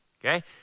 Okay